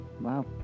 Wow